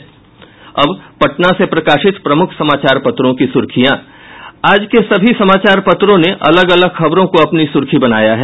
अखबारों की सुर्खियां अब पटना से प्रकाशित प्रमुख समाचार पत्रों की सुर्खियां आज के सभी समाचार पत्रों ने अलग अलग खबरों को अपनी सुर्खी बनाया है